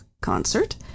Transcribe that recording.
concert